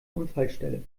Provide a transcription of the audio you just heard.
unfallstelle